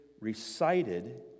recited